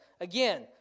Again